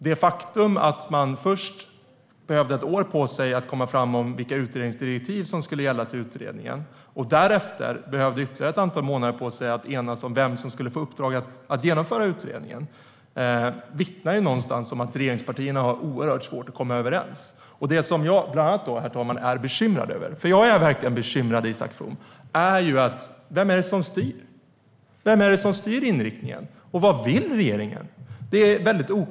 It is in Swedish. Det faktum att man först behövde ett år på sig för att komma fram till vilka utredningsdirektiv som skulle gälla och därefter ytterligare ett antal månader för att enas om vem som skulle få uppdraget att genomföra den vittnar om att regeringspartierna har oerhört svårt att komma överens. Jag är verkligen bekymrad, Isak From. En av de saker jag är bekymrad över är vem det är som styr. Vem styr inriktningen, och vad vill regeringen? Det är väldigt oklart.